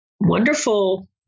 wonderful